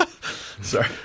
Sorry